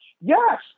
Yes